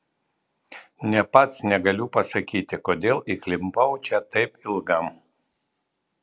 nė pats negaliu pasakyti kodėl įklimpau čia taip ilgam